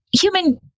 human